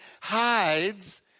hides